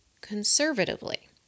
conservatively